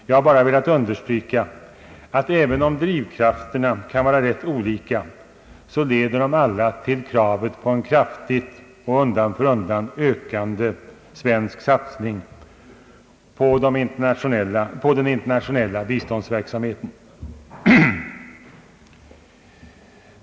Jag har bara velat understryka att även om drivkrafterna kan vara rätt olika så leder de alla till kravet på en kraftig och undan för undan ökande svensk satsning på den internationella biståndsverksamheten.